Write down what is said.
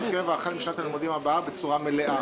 קבע החל משנת הלימודים הבאה בצורה מלאה.